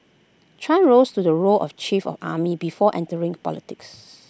chan rose to the role of chief of army before entering politics